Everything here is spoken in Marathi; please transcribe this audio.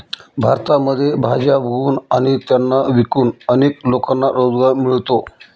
भारतामध्ये भाज्या उगवून आणि त्यांना विकून अनेक लोकांना रोजगार मिळतो